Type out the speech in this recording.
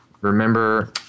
remember